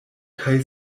kaj